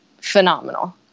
phenomenal